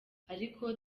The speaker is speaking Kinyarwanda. ariko